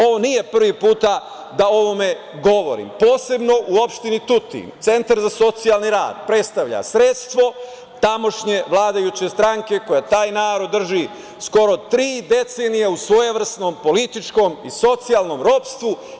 Ovo nije prvi put da o ovome govorim, posebno u opštini Tutin, Centar za socijalni rad predstavlja sredstvo tamošnje vladajuće stranke koja taj narod drži skoro tri decenije u svojevrsnom političkom i socijalnom ropstvu.